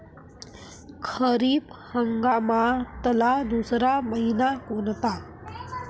खरीप हंगामातला दुसरा मइना कोनता?